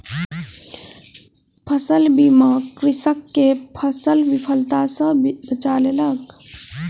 फसील बीमा कृषक के फसील विफलता सॅ बचा लेलक